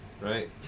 right